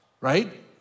right